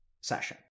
session